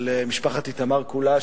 של משפחת איתמר כולה,